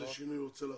זה מה שאני רוצה לעשות.